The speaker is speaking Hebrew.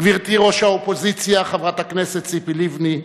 גברתי ראש האופוזיציה חברת הכנסת ציפי לבני,